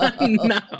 No